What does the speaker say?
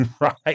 right